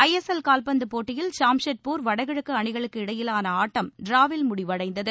ISL கால்பந்துப் போட்டியில் ஜாம்ஷெட்பூர் வடகிழக்கு அணிகளுக்கு இடையிவாள ஆட்டம் ட்ராவில் முடிவடைந்தது